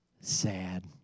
sad